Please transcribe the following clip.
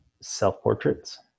self-portraits